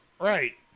Right